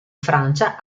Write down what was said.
francia